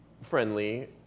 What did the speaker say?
friendly